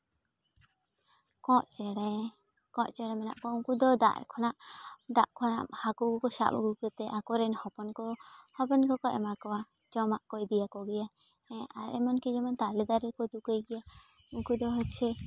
ᱠᱚᱸᱜ ᱪᱮᱬᱮ ᱠᱚᱸᱜ ᱪᱮᱬᱮ ᱢᱮᱱᱟᱜ ᱠᱚᱣᱟ ᱩᱱᱠᱩ ᱫᱚ ᱫᱟᱜ ᱠᱷᱚᱱᱟᱜ ᱫᱟᱜ ᱠᱷᱚᱱᱟᱜ ᱦᱟᱠᱩ ᱠᱚᱠᱚ ᱥᱟᱵ ᱟᱹᱜᱩ ᱠᱟᱛᱮᱫ ᱟᱠᱚᱨᱮᱱ ᱦᱚᱯᱚᱱ ᱠᱚ ᱦᱚᱯᱚᱱ ᱠᱚᱠᱚ ᱮᱢᱟ ᱠᱚᱣᱟ ᱡᱚᱢᱟᱜ ᱠᱚ ᱤᱫᱤᱭᱟᱠᱚ ᱜᱮᱭᱟ ᱦᱮᱸ ᱟᱨ ᱮᱢᱚᱱᱠᱤ ᱡᱮᱢᱚᱱ ᱛᱟᱞᱮ ᱫᱟᱨᱮ ᱨᱮᱠᱚ ᱛᱩᱠᱟᱹᱭ ᱜᱮᱭᱟ ᱩᱱᱠᱩ ᱫᱚ ᱦᱚᱪᱪᱷᱮ